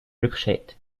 rückschritt